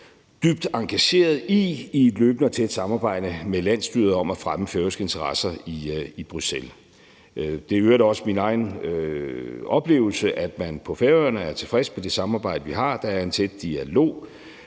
dybt engagerede i gennem et løbende og tæt samarbejde med landsstyret om at fremme færøske interesser i Bruxelles. Det er i øvrigt også min egen oplevelse, at man på Færøerne er tilfreds med det samarbejde, vi har. Der er en tæt dialog,